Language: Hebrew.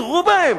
התרו בהם.